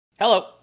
Hello